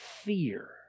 fear